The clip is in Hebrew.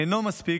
אינו מספיק,